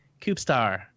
Coopstar